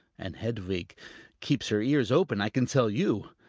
and hedvig keeps her ears open, i can tell you.